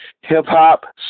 hip-hop